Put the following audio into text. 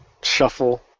shuffle